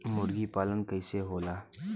मुर्गी पालन कैसे होला?